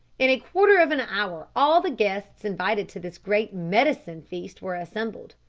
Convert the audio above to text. in a quarter of an hour all the guests invited to this great medicine feast were assembled.